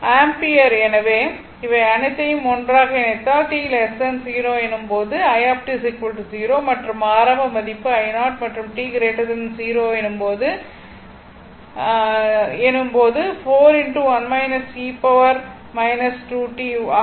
எனவே இவை அனைத்தையும் ஒன்றாக இணைத்தால் t 0 எனும் போது i 0 மற்றும் ஆரம்ப மதிப்பு i0 மற்றும் t 0 மற்றும் 0 எனும் போது உள்ளது